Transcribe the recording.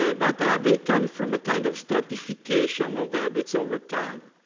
ah but they come from a kind of stratification of the habits over time.